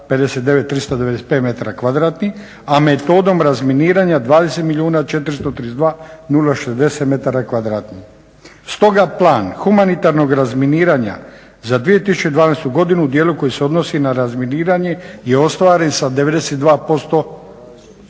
a metodom razminiranja 20 milijuna 432 060 m2. Stoga Plan humanitarnog razminiranja za 2012. godinu u dijelu koji se odnosi na razminiranje je ostvaren sa 92%.